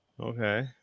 Okay